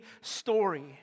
story